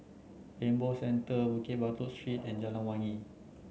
Rainbow Centre Bukit Batok Street and Jalan Wangi